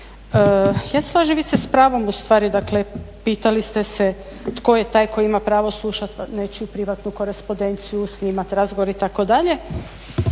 se slažem vi ste s pravom ustvari dakle pitali ste se tko je taj tko ima pravo slušati nečiju privatnu korespondenciju snimati razgovore itd. zakon